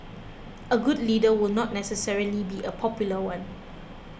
a good leader will not necessarily be a popular one